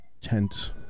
tent